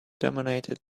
dominated